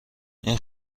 این